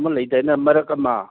ꯑꯃ ꯂꯩꯗꯥꯏꯅꯦ ꯃꯔꯛ ꯑꯃ